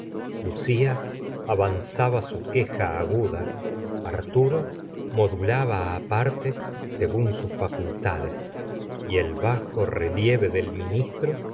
lucia avanzaba su queja aguda arla señora de bovary turo modulaba á parte según sus facultades y el bajo relieve del ministro